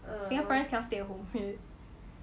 singaporeans cannot stay at home